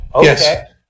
Yes